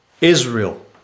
Israel